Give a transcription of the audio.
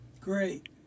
great